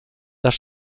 das